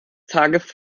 tages